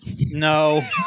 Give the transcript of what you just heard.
No